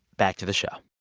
back to the show